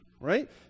right